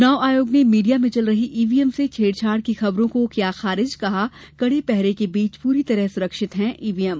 चुनाव आयोग ने मीडिया में चल रही ईवीएम से छेड़छाड़ की खबरों को किया खारिज कहा कड़े पहरे के बीच पूरी तरह सुरक्षित हैं ईवीएम